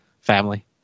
family